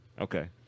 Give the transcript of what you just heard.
Okay